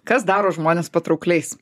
kas daro žmones patraukliais